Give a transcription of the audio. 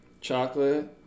Chocolate